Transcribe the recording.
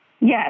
Yes